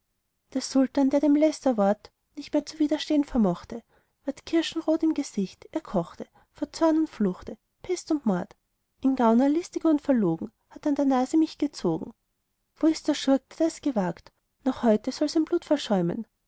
der sultan der dem lästerwort nicht mehr zu widerstehn vermochte ward kirschrot im gesicht er kochte vor zorn und fluchte pest und mord ein gauner listig und verlogen hat an der nase mich gezogen wo ist der schurk der das gewagt noch heute soll sein blut